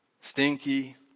stinky